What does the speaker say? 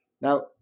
now